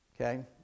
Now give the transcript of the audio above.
Okay